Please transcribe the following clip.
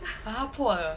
but 他破了